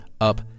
up